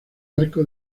arco